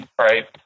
Right